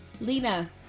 Lena